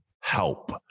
help